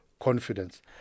Confidence